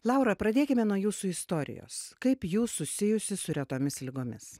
laura pradėkime nuo jūsų istorijos kaip jūs susijusi su retomis ligomis